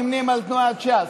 נמנים עם תנועת ש"ס.